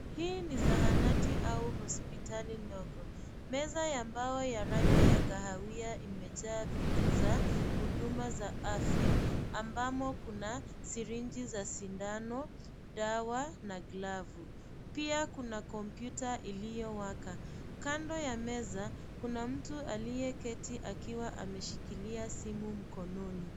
Hii ni zahanati au hospitali ndogo. Meza ya mbao ya rangi ya kahawia imejaa vitu vya huduma ya afya, ambamo kuna sirinji za sindano, dawa na glavu. Pia kuna kompyuta iliyowaka. Kando ya meza, kuna mtu aliyeketi akiwa ameshikilia simu mkononi.